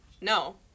no